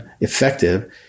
effective